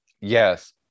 Yes